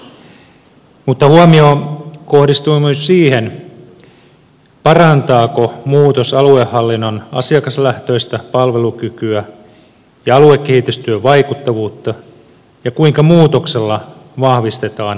mutta huomio kohdistui myös siihen parantaako muutos aluehallinnon asiakaslähtöistä palvelukykyä ja aluekehitystyön vaikuttavuutta ja kuinka muutoksella vahvistetaan alueellisuutta